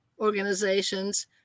organizations